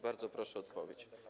Bardzo proszę o odpowiedź.